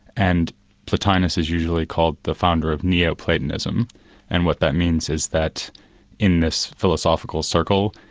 and plotinus is usually called the founder of neo platonism and what that means is that in this philosophical circle,